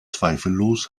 zweifellos